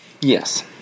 Yes